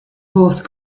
horse